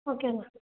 okay Anna